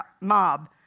mob